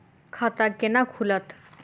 खाता केना खुलत?